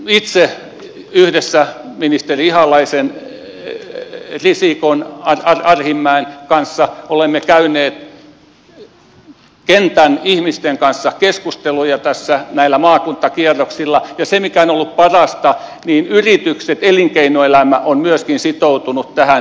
itse yhdessä ministeri ihalaisen risikon arhinmäen kanssa olen käynyt kentän ihmisten kanssa keskusteluja maakuntakierroksilla ja se mikä on ollut parasta on se että yritykset elinkeinoelämä ovat myöskin sitoutuneet tähän